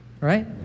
right